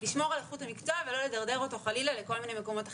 לשמור על איכות המקצוע ולא לדרדר אותו חלילה לכל מיני מקומות אחרים.